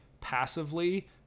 passively